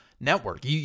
network